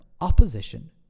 opposition